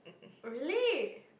really